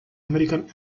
american